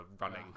running